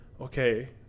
okay